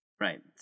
Right